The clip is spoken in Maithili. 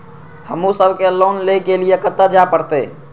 हमू सब के लोन ले के लीऐ कते जा परतें?